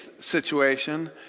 situation